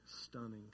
stunning